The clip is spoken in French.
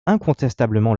incontestablement